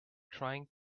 trying